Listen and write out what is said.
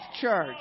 church